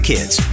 Kids